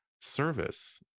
service